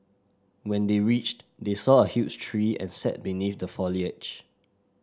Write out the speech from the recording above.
when they reached they saw a huge tree and sat beneath the foliage